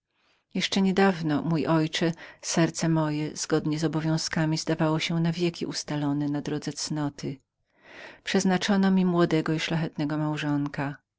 dawno temu czcigodny ojcze jak serce moje zgodne z obowiązkami zdawało się na wieki ustalonem na drodze cnoty przeznaczono mi młodego i szlachetnego małżonka